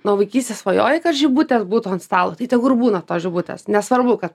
nuo vaikystės svajojai kad žibutės būtų ant stalo tai tegu ir būna tos žibutės nesvarbu kad